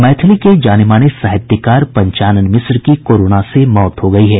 मैथिली के जानेमाने साहित्यकार पंचानन मिश्र की कोरोना से मौत हो गयी है